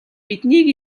биднийг